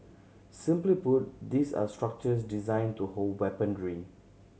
simply put these are structures designed to hold weaponry